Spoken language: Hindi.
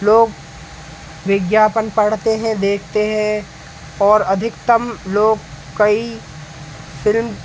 लोग विज्ञापन पढ़ते हैं देखते हैं और अधिकतम लोग कई फिल्म